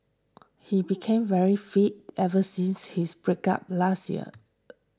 he became very fit ever since his breakup last year